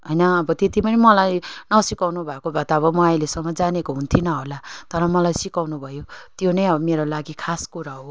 होइन अब त्यतिमै मलाई नसिकाउनु भएको भए त म अहिलेसम्म जानेको हुन्थिनँ होला तर मलाई सिकाउनु भयो त्यो नै अब मेरो लागि खास कुरा हो